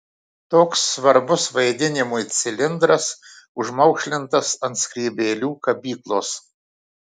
toks svarbus vaidinimui cilindras užmaukšlintas ant skrybėlių kabyklos